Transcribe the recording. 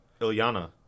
Ilyana